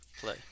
Play